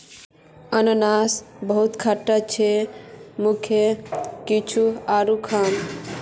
अनन्नास बहुत खट्टा छ मुई कुछू आरोह खाम